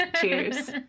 cheers